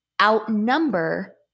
outnumber